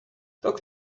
talk